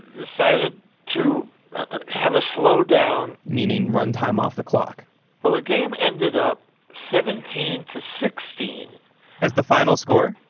decided to have a slow down meaning run time off the clock when the game ended up seventeen to sixteen as the final score?